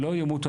לא ימותו.